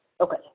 Okay